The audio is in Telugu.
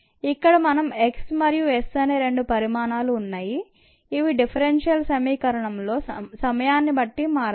ఇక్కడ మనం x మరియు s అనే రెండు పరిమాణాలు ఉన్నాయి ఇవి డిఫరెన్షియల్ సమీకరణంలో సమయాన్ని బట్టి మారతాయి